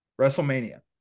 WrestleMania